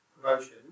promotion